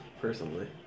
Personally